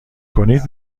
کنید